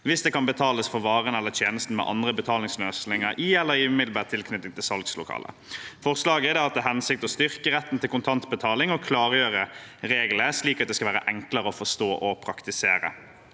hvis det kan betales for varen eller tjenesten med andre betalingsløsninger i eller i umiddelbar tilknytning til salgslokalet. Forslaget har til hensikt å styrke retten til kontantbetaling og klargjøre reglene, slik at det skal være enklere å forstå og praktisere.